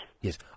Yes